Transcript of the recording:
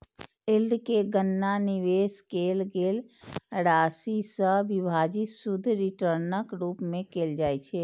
yield के गणना निवेश कैल गेल राशि सं विभाजित शुद्ध रिटर्नक रूप मे कैल जाइ छै